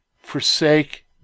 forsake